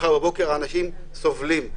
מחר בבוקר האנשים סובלים,